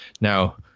Now